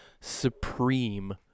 supreme